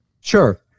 Sure